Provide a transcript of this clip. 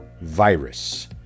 virus